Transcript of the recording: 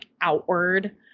outward